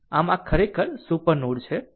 આમ આ ખરેખર સુપર નોડ છે